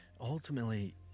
ultimately